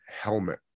helmet